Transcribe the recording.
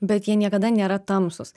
bet jie niekada nėra tamsūs